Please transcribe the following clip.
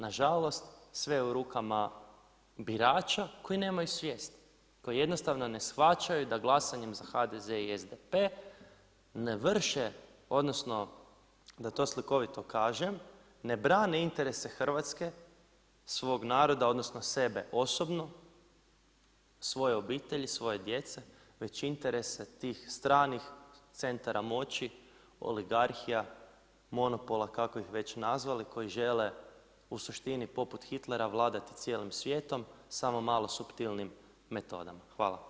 Nažalost, sve je u rukama birača koji nemaju svijest, koji jednostavno ne shvaćaju da glasanjem za HDZ i SDP, ne vrše, da to slikovito kažem ne brani interese Hrvatske, svog naroda odnosno sebe osobno, svoje obitelji, svoje djece, već interese tih stranih centara moći, oligarhija monopola kako ih već nazvali koji žele u suštini poput Hitlera vladati cijelim svijetom, samo malo suptilnijim metodama.